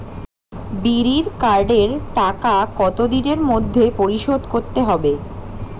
বিড়ির কার্ডের টাকা কত দিনের মধ্যে পরিশোধ করতে হবে?